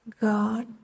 God